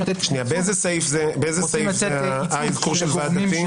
באיזה סעיף זה האזכור של ועד דתי?